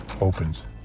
opens